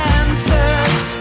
answers